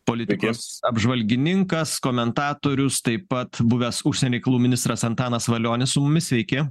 politikos apžvalgininkas komentatorius taip pat buvęs užsienio reikalų ministras antanas valionis su mumis sveiki